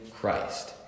Christ